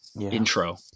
intro